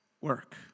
work